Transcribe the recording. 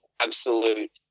absolute